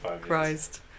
Christ